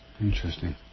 Interesting